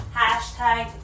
hashtag